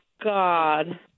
God